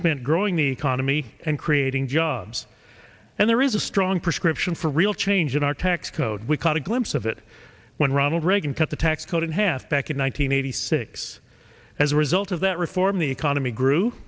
spent growing the economy and creating jobs and there is a strong prescription for real change in our tax code we caught a glimpse of it when ronald reagan cut the tax cut in half back in one thousand nine hundred eighty six as a result of that reform the economy grew